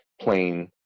plain